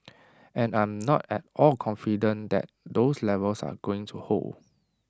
and I'm not at all confident that those levels are going to hold